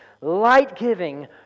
Light-giving